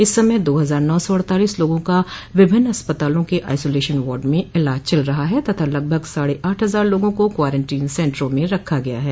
इस समय दो हजार नौ सौ अड़तालीस लोगों का विभिन्न अस्पतालों के आइसोलेशन वार्ड में इलाज चल रहा है तथा लगभग साढ़े आठ हजार लोगों को क्वारंटीन सेन्टरों में रखा गया है